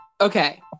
Okay